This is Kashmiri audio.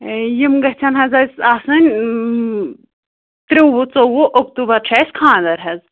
یِم گژھَن حظ اَسہِ آسٕنۍ تُرٛوُہ ژوٚوُہ اکتوٗبر چھُ اَسہِ خانٛدر حظ